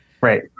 Right